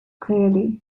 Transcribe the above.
clearly